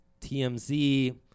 TMZ